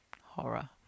horror